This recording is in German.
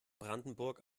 brandenburg